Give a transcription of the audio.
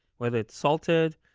whether it's salted,